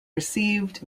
received